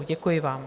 Děkuji vám.